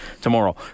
tomorrow